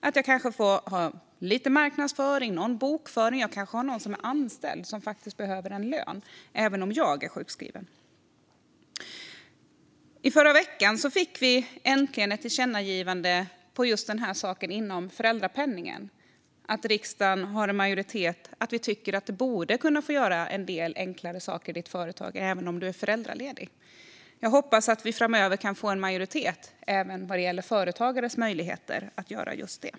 Man ska kunna ha lite marknadsföring eller bokföring. Kanske har man någon anställd som behöver sin lön, även om man själv är sjukskriven. I förra veckan kunde vi äntligen rikta ett tillkännagivande inom föräldrapenningen när det gällde just detta. Riksdagen har nu en majoritet om att man borde kunna få göra en del enklare saker i sitt företag även om man är föräldraledig. Jag hoppas att vi framöver kan få en majoritet även när det gäller företagares möjligheter att göra detta.